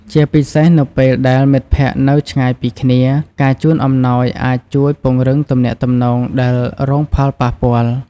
ជាពិសេស នៅពេលដែលមិត្តភក្តិនៅឆ្ងាយពីគ្នា ការជូនអំណោយអាចជួយពង្រឹងទំនាក់ទំនងដែលរងផលប៉ះពាល់។